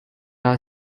our